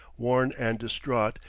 worn and distraught,